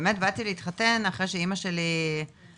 שכשבאמת באתי להתחתן, אחרי שאמא שלי נפטרה,